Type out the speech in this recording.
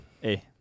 hey